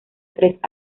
tres